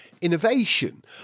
innovation